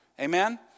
amen